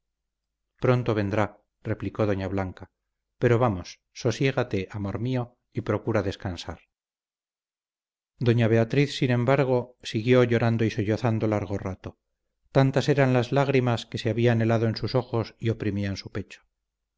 pronto vendrá replicó doña blanca pero vamos sosiégate amor mío y procura descansar doña beatriz sin embargo siguió llorando y sollozando largo rato tantas eran las lágrimas que se habían helado en sus ojos y oprimían su pecho